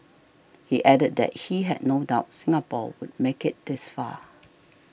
he added that he had no doubt Singapore would make it this far